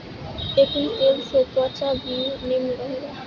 एकरी तेल से त्वचा भी निमन रहेला